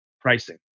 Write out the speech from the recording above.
pricing